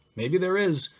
maybe there is,